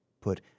put